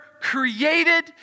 created